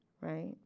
right